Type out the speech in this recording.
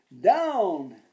Down